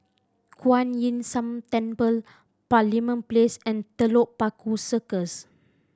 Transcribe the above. Kuan Yin San Temple Parliament Place and Telok Paku Circus